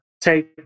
take